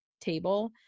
table